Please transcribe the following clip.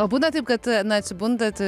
o būna taip kad na atsibundat